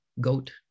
goat